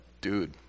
dude